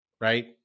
right